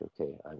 okay